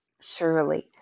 Surely